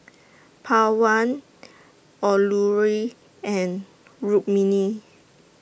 Pawan Alluri and Rukmini